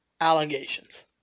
allegations